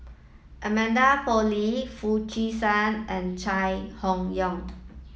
Amanda Koe Lee Foo Chee San and Chai Hon Yoong